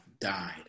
died